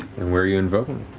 and where are you invoking